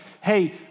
hey